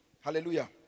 Hallelujah